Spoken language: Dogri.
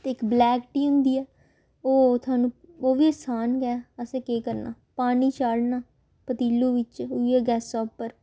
ते इक ब्लैक टी होंदी ऐ ओह् थुहानूं ओह् बी असान गै असें केह् करना पानी चाढ़ना पतीलू बिच्च उ'यै गैसा उप्पर